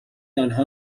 انها